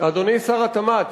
אדוני שר התמ"ת,